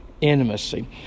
intimacy